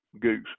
goose